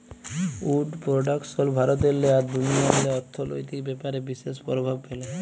would production ভারতেল্লে আর দুনিয়াল্লে অথ্থলৈতিক ব্যাপারে বিশেষ পরভাব ফ্যালে